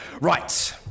Right